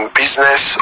business